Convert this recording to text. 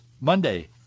Monday